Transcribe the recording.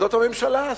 זו הממשלה הזאת.